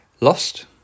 lost